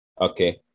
Okay